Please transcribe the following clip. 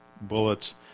bullets